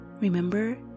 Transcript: Remember